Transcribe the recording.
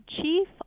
Chief